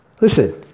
listen